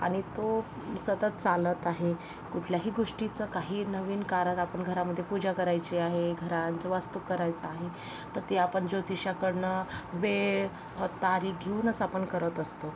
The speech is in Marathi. आणि तो सतत चालत आहे कुठल्याही गोष्टीचा काही नवीन कारण आपण घरामध्ये पूजा करायची आहे घरात जो वास्तू करायचा आहे तर ते आपण जोतिषाकडनं वेळ तारीख घेऊनच आपण करत असतो